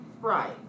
Right